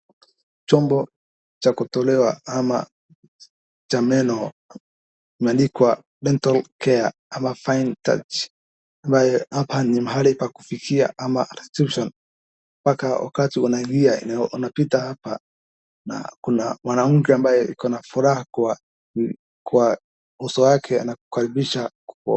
Chombo cha kutolewa ama cha meno imeandikwa Dental care ama fine touch ambayo hapa ni mahali pa kufikia ama reception mpaka wakati unalia unapita hapa na kuna mwanamke ambaye ako a furaha kwa uso wake anakukaribisha.